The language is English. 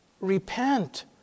Repent